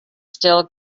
still